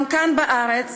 גם כאן בארץ